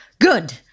Good